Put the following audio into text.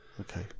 Okay